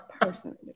personally